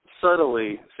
subtly